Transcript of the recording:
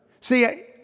See